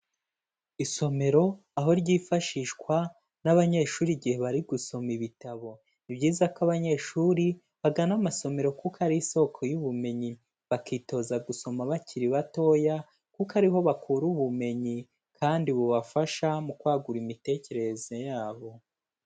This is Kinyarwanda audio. Isomero aho ryifashishwa n'abanyeshuri igihe bari gusoma ibitabo, ni byiza ko abanyeshuri bagana amasomero kuko ari isoko y'ubumenyi, bakitoza gusoma bakiri batoya kuko ariho bakura ubumenyi kandi bubafasha mu kwagura imitekerereze yabo.